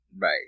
right